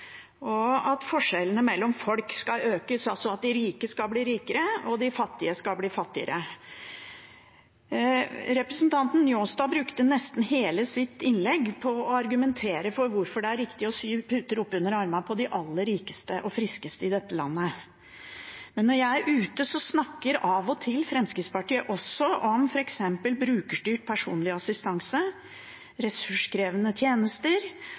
og at forskjellene mellom folk skal økes – altså at de rike skal bli rikere, og de fattige skal bli fattigere. Representanten Njåstad brukte nesten hele sitt innlegg på å argumentere for hvorfor det er riktig å sy puter under armene på de aller rikeste og friskeste i dette landet. Men når jeg er ute, snakker Fremskrittspartiet av og til også om f.eks. brukerstyrt personlig assistanse, ressurskrevende tjenester